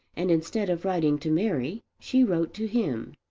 and instead of writing to mary she wrote to him.